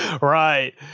Right